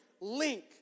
link